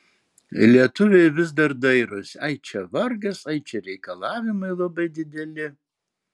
lietuviai vis dar dairosi ai čia vargas ai čia reikalavimai labai dideli